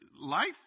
life